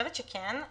חושבת שכן.